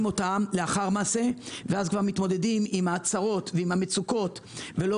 אותן לאחר מעשה ואז כבר מתמודדים עם הצרות והמצוקות ולא